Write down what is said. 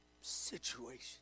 situation